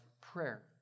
prayer